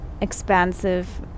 expansive